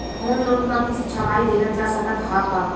Home loan क किस्त छमाही देहल जा सकत ह का?